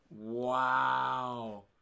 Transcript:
Wow